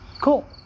Cool